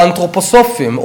או אנתרופוסופיים,